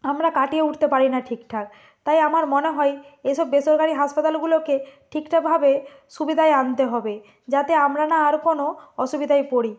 আমরা কাটিয়ে উঠতে পারি না ঠিকঠাক তাই আমার মনে হয় এই সব বেসরকারি হাসপাতালগুলোকে ঠিকঠাকভাবে সুবিধায় আনতে হবে যাতে আমরা না আর কোনো অসুবিধায় পড়ি